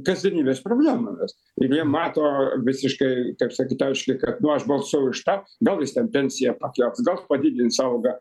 kasdienybės problemomis ir jie mato visiškai kaip sakyt aiškiai kad nu aš balsavau už tą gal jis ten pensiją pakels gal padidins algą